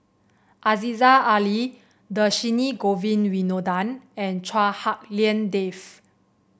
Aziza Ali Dhershini Govin Winodan and Chua Hak Lien Dave